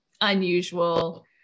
unusual